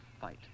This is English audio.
fight